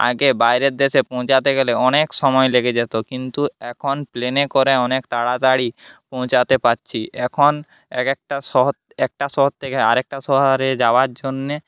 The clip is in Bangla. আগে বাইরের দেশে পৌঁছাতে গেলে অনেক সময় লেগে যেত কিন্তু এখন প্লেনে করে অনেক তাড়াতাড়ি পৌঁছাতে পারছি এখন এক একটা শহর একটা শহর থেকে আরেকটা শহরে যাওয়ার জন্যে